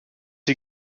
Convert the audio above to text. you